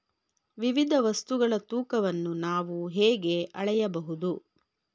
ವಿವಿಧ ವಸ್ತುಗಳ ತೂಕವನ್ನು ನಾವು ಹೇಗೆ ಅಳೆಯಬಹುದು?